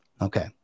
Okay